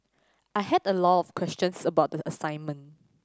I had a lot of questions about the assignment